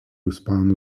ispanų